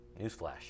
Newsflash